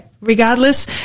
Regardless